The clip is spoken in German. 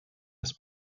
des